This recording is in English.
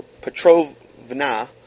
Petrovna